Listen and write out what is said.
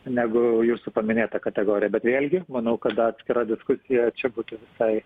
negu jūsų paminėta kategorija bet vėlgi manau kad atskira diskusija čia būtų visai